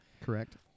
Correct